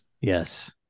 Yes